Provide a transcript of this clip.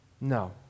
No